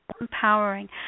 empowering